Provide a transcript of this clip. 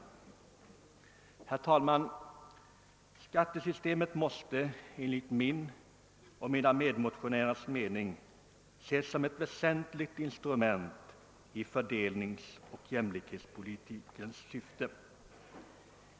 Herr talman! Skattesystemet måste enligt min och mina medmotionärers mening ses som ett väsentligt instrument i fördelningsoch jämlikhetspolitikens syfte.